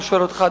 אני שואל אותך,